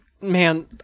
man